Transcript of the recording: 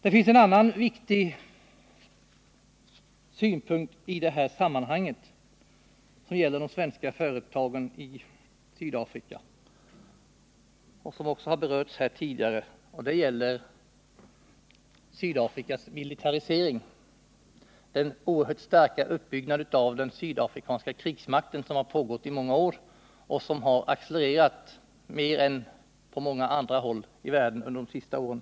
Det finns en annan viktig synpunkt i det här sammanhanget som gäller de svenska företagen i Sydafrika. Den har också berörts här tidigare. Det gäller Sydafrikas militarisering, den oerhört starka uppbyggnad av den sydafrikanska krigsmakten som pågått i många år och som accelererat mer än på många andra håll i världen under de senaste åren.